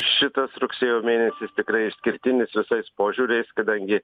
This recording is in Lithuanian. šitas rugsėjo mėnesis tikrai išskirtinis visais požiūriais kadangi